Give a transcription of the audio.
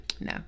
No